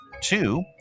two